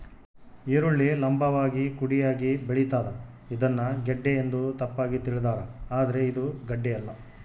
ಈರುಳ್ಳಿ ಲಂಭವಾಗಿ ಕುಡಿಯಾಗಿ ಬೆಳಿತಾದ ಇದನ್ನ ಗೆಡ್ಡೆ ಎಂದು ತಪ್ಪಾಗಿ ತಿಳಿದಾರ ಆದ್ರೆ ಇದು ಗಡ್ಡೆಯಲ್ಲ